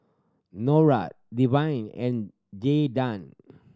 Nora Devyn and Jaydan